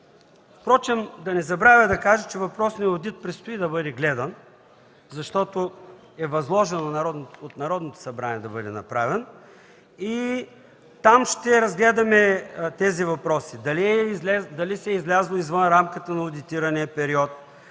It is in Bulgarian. нататък. Да не забравя да кажа, че въпросният одит предстои да бъде гледан, защото е възложен от Народното събрание да бъде направен. Там ще разгледаме тези въпроси – дали се е излязло извън рамката на одитирания период,